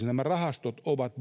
nämä rahastot ovat